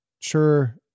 sure